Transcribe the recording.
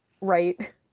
Right